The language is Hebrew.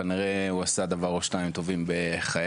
כנראה הוא עשה דבר או שניים טובים בחייו.